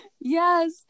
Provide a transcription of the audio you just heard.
yes